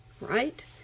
right